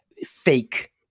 fake